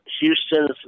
Houston's